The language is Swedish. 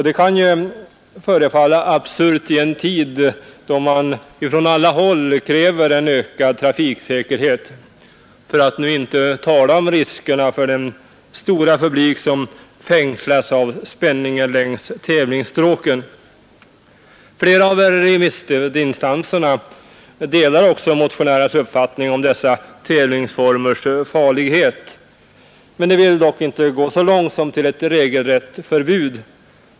Det kan ju förefalla absurt i en tid då man från alla håll kräver en ökad trafiksäkerhet för att nu inte tala om riskerna för den stora publik som fängslas av spänningen längs tävlingsstråken. Flera av remissinstanserna delar också motionärernas uppfattning om dessa tävlingsformers farlighet, men de vill inte gå så långt som till ett regelrätt förbud.